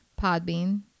podbean